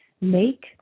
make